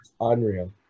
unreal